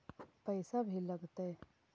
पैसा भी लगतय?